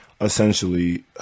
essentially